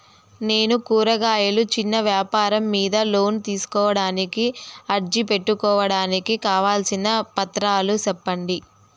నేను కూరగాయలు చిన్న వ్యాపారం మీద లోను తీసుకోడానికి అర్జీ పెట్టుకోవడానికి కావాల్సిన పత్రాలు సెప్పండి?